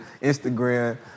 Instagram